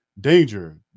Danger